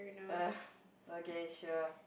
uh okay sure